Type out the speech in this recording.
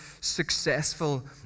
successful